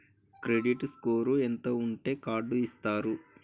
Credit score ఎంత ఉంటే card ఇస్తారు?